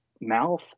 mouth